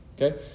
Okay